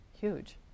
Huge